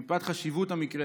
מפאת חשיבות המקרה,